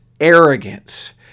arrogance